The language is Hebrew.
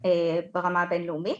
ברמה הבין-לאומית.